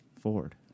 Ford